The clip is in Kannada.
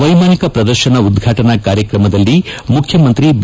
ವೈಮಾನಿಕ ಪ್ರದರ್ಶನ ಉದ್ಘಾಟನಾ ಕಾರ್ಯಕ್ರಮದಲ್ಲಿ ಮುಖ್ಯಮಂತ್ರಿ ಬಿ